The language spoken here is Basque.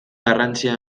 garrantzia